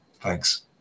thanks